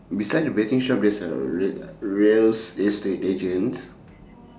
beside the betting shop there's a r~ real estate agent